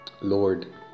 Lord